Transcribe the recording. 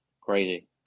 crazy